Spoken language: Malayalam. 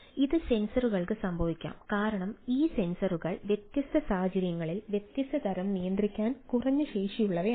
ഇത് സെൻസറുകൾക്ക് സംഭവിക്കാം കാരണം ഈ സെൻസറുകൾ വ്യത്യസ്ത സാഹചര്യങ്ങളിൽ വ്യത്യസ്ത തരം നിയന്ത്രിക്കാൻ കുറഞ്ഞ ശേഷിയുള്ളവയാണ്